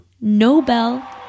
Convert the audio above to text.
Nobel